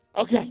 Okay